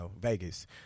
Vegas